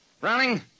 Browning